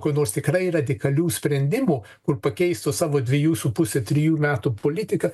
kainuos tikrai radikalių sprendimų kur pakeistų savo dviejų su puse trijų metų politiką